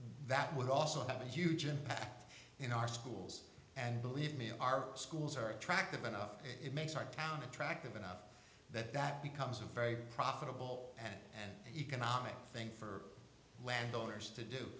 that would also have a huge and you know our schools and believe me our schools are attractive enough it makes our town attractive enough that that becomes a very profitable and economic thing for landowners to do